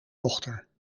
dochter